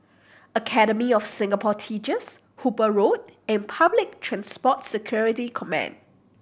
Academy of Singapore Teachers Hooper Road and Public Transport Security Command